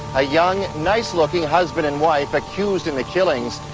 a young, nice-looking husband and wife accused in the killings,